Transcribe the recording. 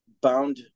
bound